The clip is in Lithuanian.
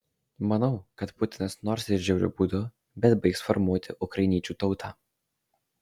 manau kad putinas nors ir žiauriu būdu bet baigs formuoti ukrainiečių tautą